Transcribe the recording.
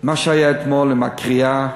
מה שהיה אתמול עם הקריעה,